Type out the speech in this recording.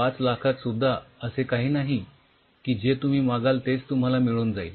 ५ लाखांत सुध्द्धा असे काही नाही की जे तुम्ही मागाल तेच तुम्हाला मिळून जाईल